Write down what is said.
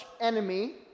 enemy